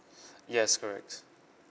yes correct